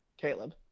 Caleb